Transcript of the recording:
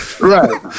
right